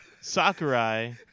Sakurai